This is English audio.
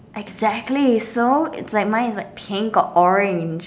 exactly so it's like mine is like pink or orange